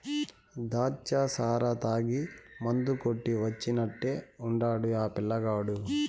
దాచ్చా సారా తాగి మందు కొట్టి వచ్చినట్టే ఉండాడు ఆ పిల్లగాడు